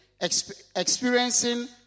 experiencing